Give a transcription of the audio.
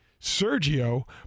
Sergio